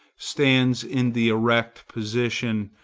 stands in the erect position,